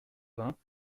vingts